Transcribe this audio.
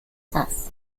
das